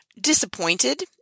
disappointed